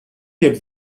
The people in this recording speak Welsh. heb